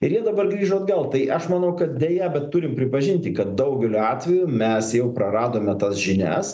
ir jie dabar grįžo atgal tai aš manau kad deja bet turim pripažinti kad daugeliu atveju mes jau praradome tas žinias